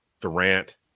Durant